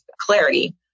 clarity